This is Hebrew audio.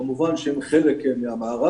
כמובן שהם חלק מהמערך,